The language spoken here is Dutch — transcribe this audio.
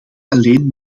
alleen